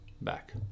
back